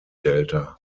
delta